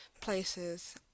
places